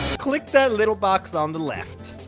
click that little box on the left.